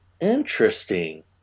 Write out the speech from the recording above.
Interesting